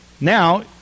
Now